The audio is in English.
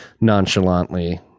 nonchalantly